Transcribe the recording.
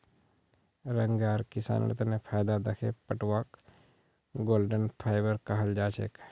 रंग आर किसानेर तने फायदा दखे पटवाक गोल्डन फाइवर कहाल जाछेक